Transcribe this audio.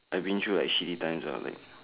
I've been through like shitty times lah like